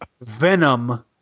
Venom